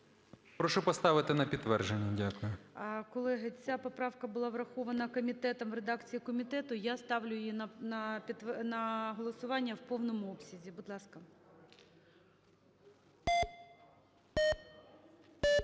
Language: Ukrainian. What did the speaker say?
Прошу поставити на підтвердження. Дякую. ГОЛОВУЮЧИЙ. Колеги, ця поправка була врахована комітетом у редакції комітету. Я ставлю її на голосування в повному обсязі. Будь ласка.